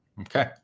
okay